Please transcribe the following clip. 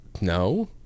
No